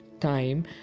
Time